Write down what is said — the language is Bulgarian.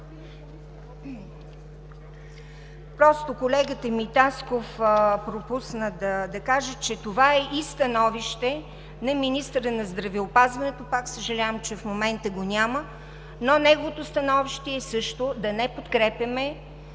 Колегата Тасков пропусна да каже, че това е и становище на министъра на здравеопазването. Съжалявам, че в момента пак го няма, но неговото становище е също да не подкрепяме